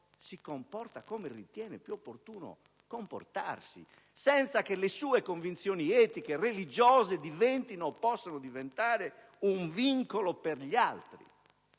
si comporta come ritiene più opportuno, senza che le sue convinzioni etiche e religiose diventino o possano diventare un vincolo per gli altri.